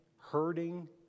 hurting